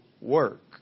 work